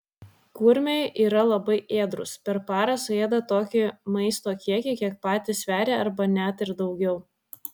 kurmiai yra labai ėdrūs per parą suėda tokį maisto kiekį kiek patys sveria arba net ir daugiau